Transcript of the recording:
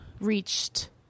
reached